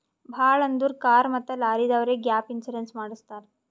ಭಾಳ್ ಅಂದುರ್ ಕಾರ್ ಮತ್ತ ಲಾರಿದವ್ರೆ ಗ್ಯಾಪ್ ಇನ್ಸೂರೆನ್ಸ್ ಮಾಡುಸತ್ತಾರ್